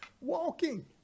walking